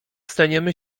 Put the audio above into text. staniemy